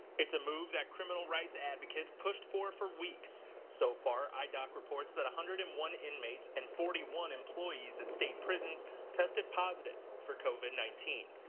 its a move that criminal rights advocates pushed for for weeks. so far, idoc reports that one hundred and one inmates and forty one employees at state prisons tested positive for covid nineteen.